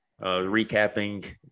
Recapping